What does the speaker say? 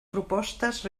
propostes